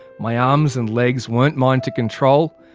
my arms and legs weren't mine to control,